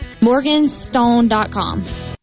Morganstone.com